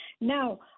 Now